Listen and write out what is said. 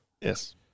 yes